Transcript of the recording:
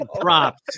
props